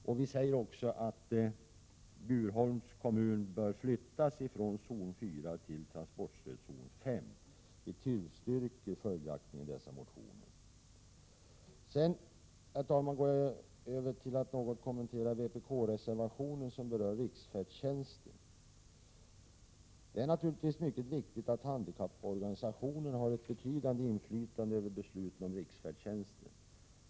Utskottet säger att Bjurholms kommun bör flyttas från zon 4 till transportstödzon 5 och tillstyrker följaktligen dessa motioner. Herr talman! Jag går över till att något kommentera vpk-reservationen, som berör riksfärdtjänsten. Det är naturligtvis mycket viktigt att handikapporganisationerna har ett betydande inflytande över besluten om riksfärdtjänsten.